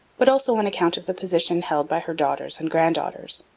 but also on account of the position held by her daughters and granddaughters.